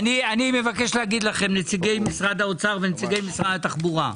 אני מבקש להגיד לכם נציגי משרד האוצר ונציגי משרד התחבורה.